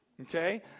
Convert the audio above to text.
okay